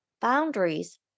Boundaries